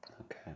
Okay